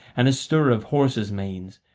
and a stir of horses' manes,